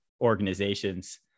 organizations